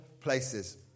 places